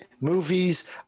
movies